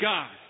God